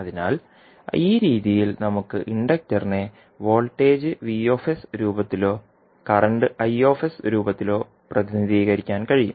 അതിനാൽ ഈ രീതിയിൽ നമുക്ക് ഇൻഡക്റ്ററിനെ വോൾട്ടേജ് രൂപത്തിലോ കറന്റ് രൂപത്തിലോ പ്രതിനിധീകരിക്കാൻ കഴിയും